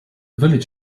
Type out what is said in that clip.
village